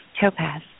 Topaz